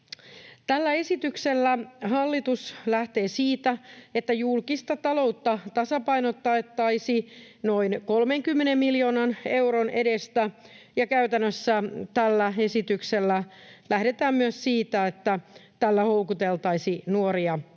Tällä esityksellä hallitus lähtee siitä, että julkista taloutta tasapainotettaisiin noin 30 miljoonan euron edestä, ja käytännössä tällä esityksellä lähdetään myös siitä, että tällä houkuteltaisiin nuoria työelämään.